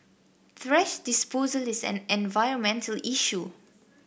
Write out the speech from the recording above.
thrash disposal is an environmental issue